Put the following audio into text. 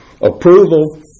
approval